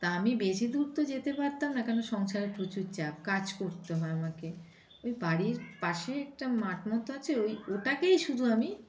তা আমি বেশি দূর তো যেতে পারতাম না কেন সংসারে প্রচুর চাপ কাজ করতে হয় আমাকে ওই বাড়ির পাশে একটা মাঠ মতো আছে ওই ওটাকেই শুধু আমি